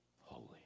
holy